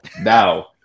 Now